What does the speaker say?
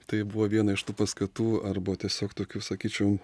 tai buvo viena iš tų paskatų arba tiesiog tokių sakyčiau